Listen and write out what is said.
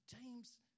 James